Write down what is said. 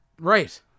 Right